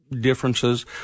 differences